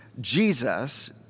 Jesus